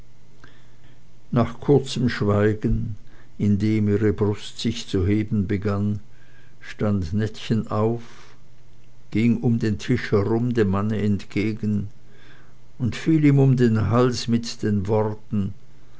nach kurzem schweigen indem ihre brust sich zu heben begann stand nettchen auf ging um den tisch herum dem manne entgegen und fiel ihm um den hals mit den worten